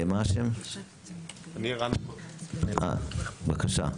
ערן, בבקשה.